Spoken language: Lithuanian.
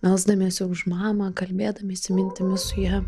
melsdamiesi už mamą kalbėdamiesi mintimis su ja